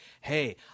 hey